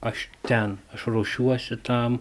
aš ten aš ruošiuosi tam